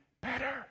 better